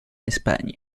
espagne